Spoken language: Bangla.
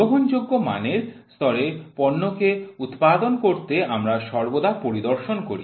গ্রহণযোগ্য মানের স্তরের পণ্যকে উৎপাদন করতে আমরা সর্বদা পরিদর্শন করি